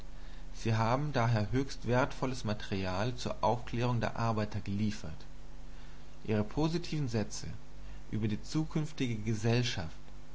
sie haben daher höchst wertvolles material zur aufklärung der arbeiter geliefert ihre positiven sätze über die zukünftige gesellschaft